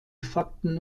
fakten